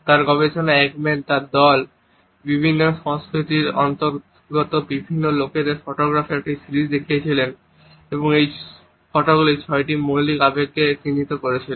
তার গবেষণায় একম্যান এবং তার দল বিভিন্ন সংস্কৃতির অন্তর্গত বিভিন্ন লোকেদের ফটোগ্রাফের একটি সিরিজ দেখিয়েছিল এবং এই ফটোগুলি ছয়টি মৌলিক আবেগকে চিত্রিত করেছিল